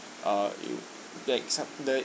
uh it the except the